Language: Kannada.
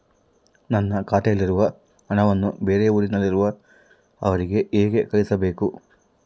ನನ್ನ ಖಾತೆಯಲ್ಲಿರುವ ಹಣವನ್ನು ಬೇರೆ ಊರಿನಲ್ಲಿರುವ ಅವರಿಗೆ ಹೇಗೆ ಕಳಿಸಬೇಕು?